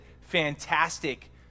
fantastic